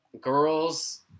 girls